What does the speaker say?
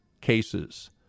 cases